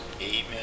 Amen